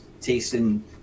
tasting